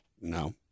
No